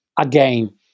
again